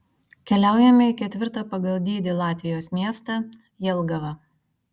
keliaujame į ketvirtą pagal dydį latvijos miestą jelgavą